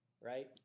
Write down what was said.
right